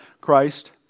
Christ